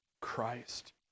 Christ